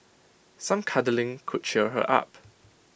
some cuddling could cheer her up